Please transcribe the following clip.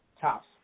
tops